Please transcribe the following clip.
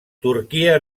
turquia